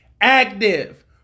active